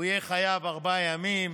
הוא יהיה חייב ארבעה ימים,